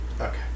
Okay